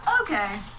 Okay